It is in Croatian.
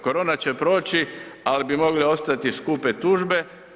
Korona će proći, al bi mogle ostati skupe tužbe.